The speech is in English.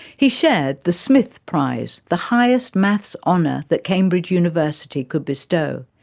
he shared the smith prize, the highest maths honour that cambridge university could bestow.